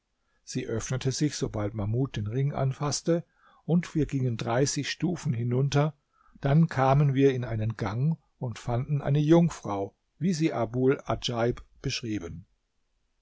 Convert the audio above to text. sie öffnete sich sobald mahmud den ring anfaßte und wir gingen dreißig stufen hinunter dann kamen wir in einen gang und fanden eine jungfrau wie sie abul adjaib beschrieben